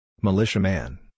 Militiaman